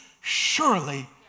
Surely